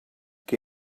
què